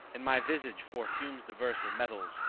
in my visage for fumes diverse of metals,